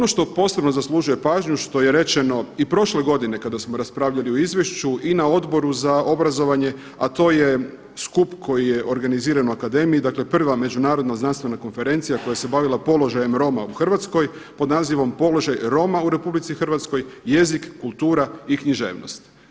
Ono što posebno zaslužuje pažnju a što je rečeno i prošle godine kada smo raspravljali u izvješću i na Odboru za obrazovanje, a to je skup koji je organiziran u akademiji, dakle prva Međunarodna znanstvena konferencija koja se bavila položajem Roma u Hrvatskoj pod nazivom „Položaj Roma u RH, jezik, kultura i književnost“